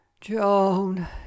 Joan